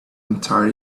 entire